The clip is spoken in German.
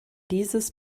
dieses